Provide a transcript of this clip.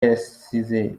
yasize